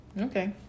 Okay